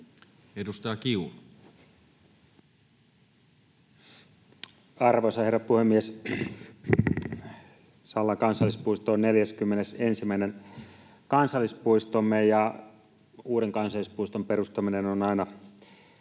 Content: Arvoisa herra puhemies! Sallan kansallispuisto on 41. kansallispuistomme, ja uuden kansallispuiston perustaminen on aina iloinen